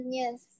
yes